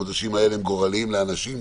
החודשים האלה הם גורליים לאנשים,